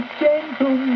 gentle